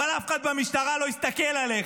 אבל אף אחד במשטרה לא יסתכל עליך.